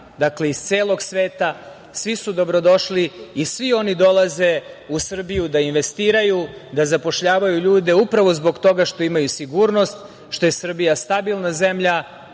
dakle iz celog sveta, svi su dobrodošli i svi oni dolaze u Srbiju da investiraju, da zapošljavaju ljude upravo zbog toga što imaju sigurnost, što je Srbija stabilna zemlja